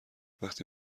وقتی